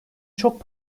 çok